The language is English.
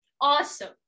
awesome